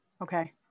Okay